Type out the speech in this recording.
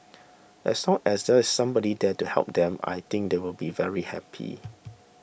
as long as there's somebody there to help them I think they will be very happy